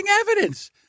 evidence